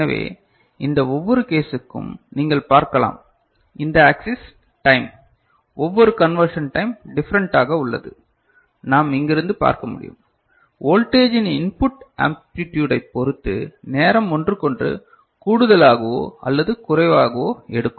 எனவே இந்த ஒவ்வொரு கேசுக்கும் நீங்கள் பார்க்கலாம் இந்த ஆக்சிஸ் டைம் ஒவ்வொரு கன்வெர்ஷன் டைம் டிஃபரண்டாக உள்ளது நாம் இங்கிருந்து பார்க்க முடியும் வோல்டேஜ் இன் ஆம்பிளிட்யூடை பொருத்து நேரம் ஒன்றுக்கொன்று கூடுதலாகவோ அல்லது குறைவாகவோ எடுக்கும்